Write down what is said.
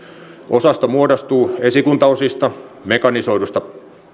osasto muodostuu esikuntaosista mekanisoidusta